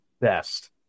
best